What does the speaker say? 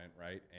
right